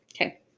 Okay